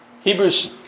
Hebrews